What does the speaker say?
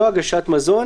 בלא הגשת מזון,